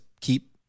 keep